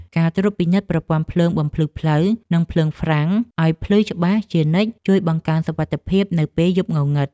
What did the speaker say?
ការត្រួតពិនិត្យប្រព័ន្ធភ្លើងបំភ្លឺផ្លូវ និងភ្លើងហ្វ្រាំងឱ្យភ្លឺច្បាស់ជានិច្ចជួយបង្កើនសុវត្ថិភាពនៅពេលយប់ងងឹត។